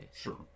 Sure